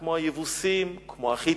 כמו היבוסים, כמו החתים,